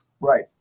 right